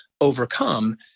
overcome